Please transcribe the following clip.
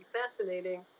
fascinating